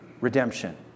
redemption